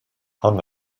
hung